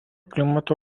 klimato